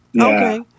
Okay